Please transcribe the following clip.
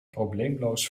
probleemloos